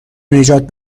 نجات